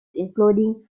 including